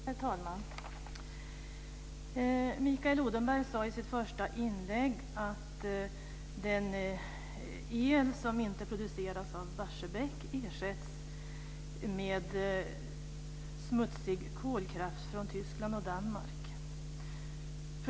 Herr talman! Mikael Odenberg sade i sitt första inlägg att den el som inte produceras av Barsebäck ersätts med smutsig kolkraft från Tyskland och Danmark.